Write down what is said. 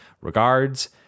Regards